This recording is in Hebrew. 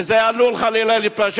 וזה עלול להתפשט,